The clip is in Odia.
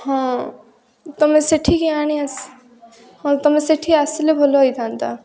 ହଁ ତୁମେ ସେଠିକି ଆଣି ହଉ ତୁମେ ସେଇଠି ଆସିଲେ ଭଲ ହେଇଥାନ୍ତା